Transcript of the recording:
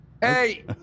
Hey